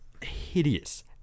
hideous